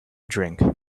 drink